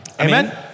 Amen